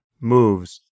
moves